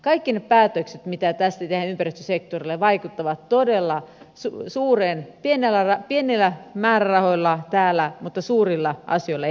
kaikki ne päätökset mitä tästä ei vedä se joita tässä tehdään ympäristösektorilla vaikka pienillä määrärahoilla vaikuttavat suurina asioina eteenpäin